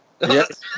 Yes